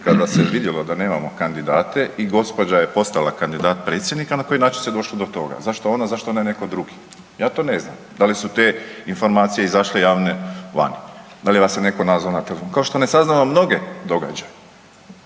kada se vidjelo da nemamo kandidate i gđa. je postala kandidat predsjednika, na koji način se došlo do toga, zašto ona, zašto ne netko drugi? Ja to ne znam da li su te informacije izašle javne vani, da li vas je netko nazvao na telefon, kao što ne saznamo mnoge događaje.